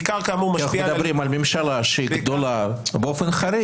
כשאנחנו מדברים על ממשלה גדולה באופן חריג.